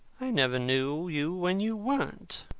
i never knew you when you weren't.